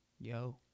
Yo